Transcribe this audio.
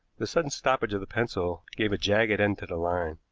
the sudden stoppage of the pencil give a jagged end to the line.